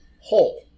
hole